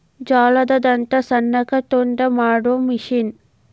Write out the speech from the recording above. ಜೋಳದ ದಂಟ ಸಣ್ಣಗ ತುಂಡ ಮಾಡು ಮಿಷನ್